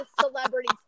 celebrity